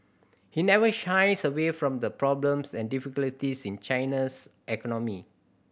he never shies away from the problems and difficulties in China's economy